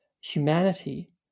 humanity